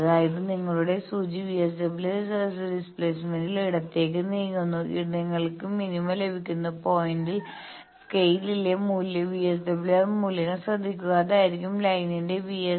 അതായത് നിങ്ങളുടെ സൂചി VSWR ഡിസ്പ്ലേയിൽ ഇടത്തേക്ക് നീങ്ങുന്നു നിങ്ങൾക്ക് മിനിമ ലഭിക്കുന്ന പോയിന്റിൽ സ്കെയിലിലെ VSWR മൂല്യങ്ങൾ ശ്രദ്ധിക്കുക അതായിരിക്കും ലൈനിന്റെ VSWR